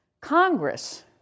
Congress